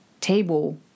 table